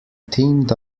teamed